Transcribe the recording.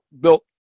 built